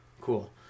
Cool